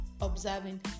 observing